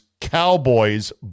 Cowboys